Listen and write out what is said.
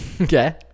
Okay